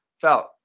felt